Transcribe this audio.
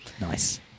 Nice